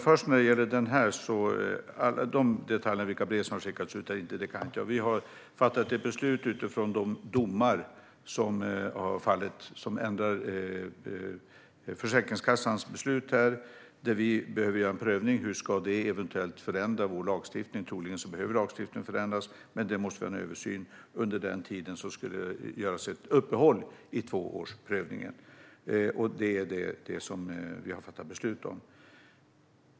Fru talman! Vilka brev som har skickats ut eller inte och detaljer om det kan jag inte kommentera. Vi har fattat ett beslut utifrån de domar som har fallit och som ändrar Försäkringskassans beslut. Vi behöver göra en prövning av hur detta eventuellt ska förändra vår lagstiftning. Troligen behöver lagstiftningen förändras. Vi måste dock först göra en översyn. Under den tiden ska ett uppehåll göras när det gäller tvåårsprövningen. Det är detta vi har fattat beslut om.